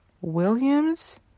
Williams